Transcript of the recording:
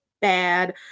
bad